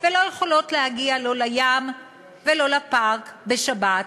ולא יכולות להגיע, לא לים ולא לפארק בשבת,